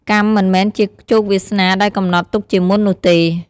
កម្មមិនមែនជាជោគវាសនាដែលកំណត់ទុកជាមុននោះទេ។